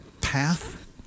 path